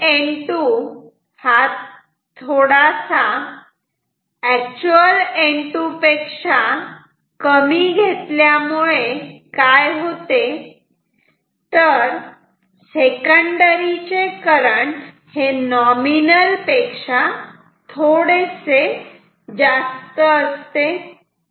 आता नवीन N2 थोडासा N2 पेक्षा कमी घेतल्यामुळे काय होते तर सेकंडरी चे करंट हे नॉमिनल पेक्षा थोडेसे जास्त असते